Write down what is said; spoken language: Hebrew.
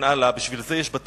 לצורך זה יש שאלה